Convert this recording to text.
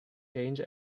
change